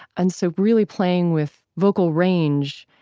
and so really playing with vocal range,